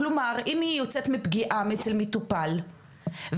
כלומר אם היא יוצאת מפגיעה אצל מטופל והיא,